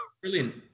Brilliant